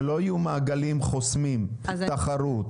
שלא יהיו מעגלים חוסמים תחרות,